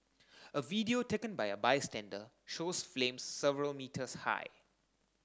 a video taken by a bystander shows flames several metres high